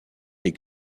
des